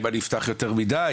אם אני אפתח יותר מידי,